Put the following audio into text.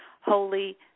holy